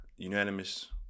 unanimous